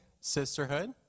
Sisterhood